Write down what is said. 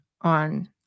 on